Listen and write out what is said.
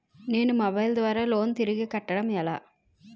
నేను మొబైల్ ద్వారా లోన్ తిరిగి కట్టడం ఎలా?